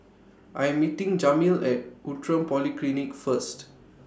I'm meeting Jameel At Outram Polyclinic First